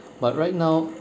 but right now